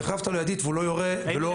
אם החלפת לו ידית והוא לא יורה --- ואם